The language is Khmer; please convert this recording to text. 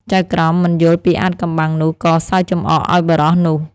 ចៅក្រមមិនយល់ពីអាថ៌កំបាំងនោះ ក៏សើចចំអកឱ្យបុរសនោះ។